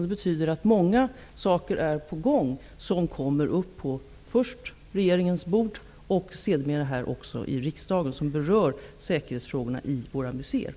Det betyder att många saker som berör säkerhetsfrågorna i våra museer är på gång. De kommer först upp på regeringens bord och sedermera också i riksdagen.